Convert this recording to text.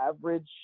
average